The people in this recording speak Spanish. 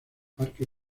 parque